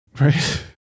right